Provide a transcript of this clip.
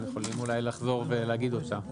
הם יכולים אולי לחזור ולהגיד אותה.